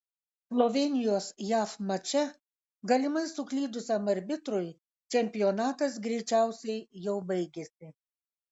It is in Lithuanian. slovėnijos jav mače galimai suklydusiam arbitrui čempionatas greičiausiai jau baigėsi